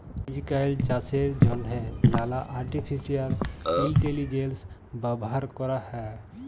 আইজকাল চাষের জ্যনহে লালা আর্টিফিসিয়াল ইলটেলিজেলস ব্যাভার ক্যরা হ্যয়